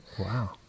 Wow